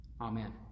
Amen